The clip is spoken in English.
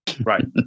Right